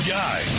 guy